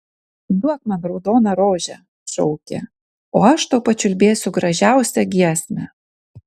duok man raudoną rožę šaukė o aš tau pačiulbėsiu gražiausią giesmę